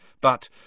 but